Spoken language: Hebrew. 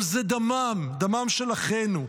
אבל זה דמם, דמם של אחינו.